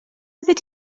oeddet